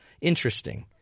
interesting